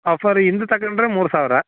offer ಇಂದು ತೊಗೊಂಡ್ರೆ ಮೂರು ಸಾವಿರ